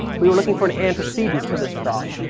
we were looking for an antecedent to this thought,